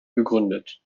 gegründet